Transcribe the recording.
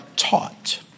taught